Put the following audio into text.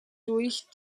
durch